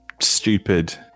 stupid